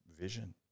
vision